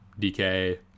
DK